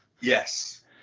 Yes